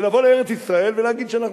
ולבוא לארץ-ישראל ולהגיד שאנחנו,